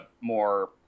more